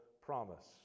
promise